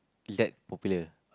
is that popular